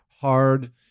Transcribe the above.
hard